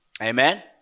amen